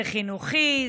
זה חינוכי,